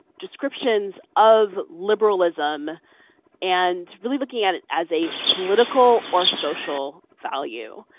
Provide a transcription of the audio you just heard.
descriptions of liberalism and really looking at it as a political or social value.